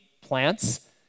plants